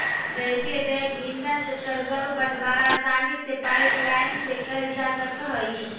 गैसीय जैव ईंधन से सर्गरो बटवारा आसानी से पाइपलाईन से कैल जा सकऽ हई